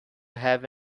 have